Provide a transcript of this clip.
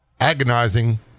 agonizing